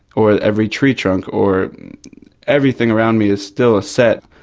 or every tree trunk, or everything around me is still a set.